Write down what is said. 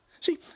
See